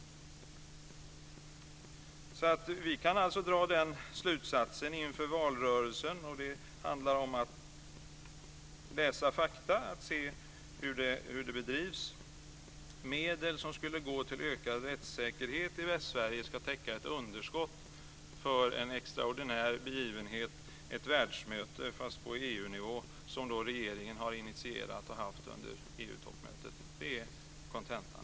Inför valrörelsen kan vi alltså dra den slutsatsen - och det handlar om att läsa fakta och se hur det bedrivs - att medel som skulle gå till ökad rättssäkerhet i Västsverige ska täcka ett underskott för en extraordinär begivenhet, ett världsmöte på EU-nivå, som regeringen har initierat. Det är kontentan.